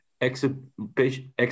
exhibition